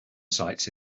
sites